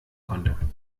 konnte